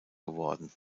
geworden